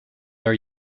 are